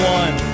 one